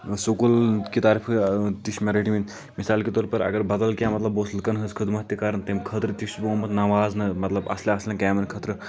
school کہِ طرفہٕ تہِ چھِ مےٚ رٔٹۍ مٕتۍ مِثال کے طور پر اَگر بَدل کینٛہہ مطلب بہٕ اوسُس لُکَن ہٕنٛزۍ خٔدمَت تہِ کَران تَمہِ خٲطرٕ تہِ چھُس بہٕ آمُت نوازنہٕ مطلب اَصل اَصل کامیٚن خٲطرٕ